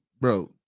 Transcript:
bro